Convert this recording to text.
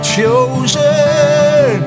chosen